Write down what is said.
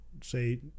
say